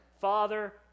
Father